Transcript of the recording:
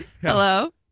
Hello